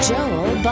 Joel